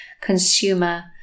consumer